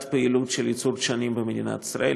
פעילות של ייצור דשנים במדינת ישראל,